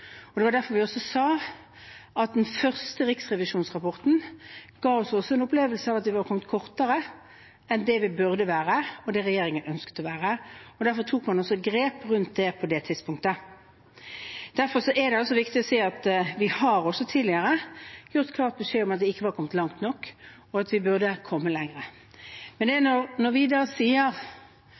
Det var også derfor vi sa at den første riksrevisjonsrapporten ga oss en opplevelse av at vi var kommet kortere enn det vi burde og regjeringen ønsket. Derfor tok man også grep rundt det på det tidspunktet. Derfor er det viktig å si at vi også tidligere har gitt klar beskjed om at vi ikke var kommet langt nok, og at vi burde kommet lenger. Når vi da sier at en av årsakene til at vi